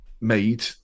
made